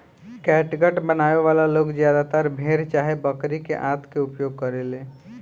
catgut बनावे वाला लोग ज्यादातर भेड़ चाहे बकरी के आंत के उपयोग करेले